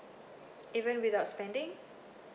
even without spending